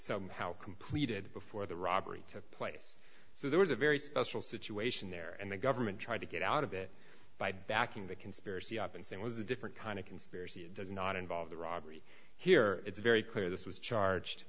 somehow completed before the robbery took place so there was a very special situation there and the government tried to get out of it by backing the conspiracy up and say it was a different kind of conspiracy it does not involve the robbery here it's very clear this was